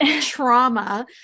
trauma